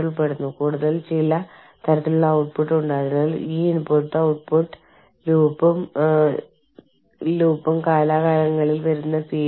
ഇത് തികച്ചും രസകരമായ ഒരു ചിത്രീകരണമാണ് ഒരു രാജ്യത്ത് നിന്ന് ആളുകൾ വന്ന് മറ്റൊരു രാജ്യത്ത് ഷോ നടത്താൻ ശ്രമിക്കുമ്പോൾ എന്താണ് സംഭവിക്കുന്നത് എന്നതിന്റെ രസകരമായ ഒരു ചിത്രീകരണം